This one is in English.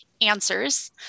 answers